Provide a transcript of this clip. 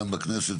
כאן בכנסת,